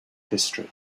history